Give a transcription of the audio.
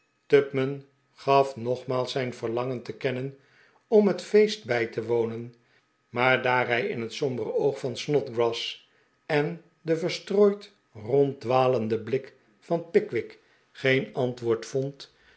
tupman gaf nogmaals zijn verlangen te kennen om het feest bij te wonen maar daar hij in het sombere oog van snodgrass en den verstrooid ronddwalenden blik van pickwick geen antwoord vond